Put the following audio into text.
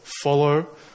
follow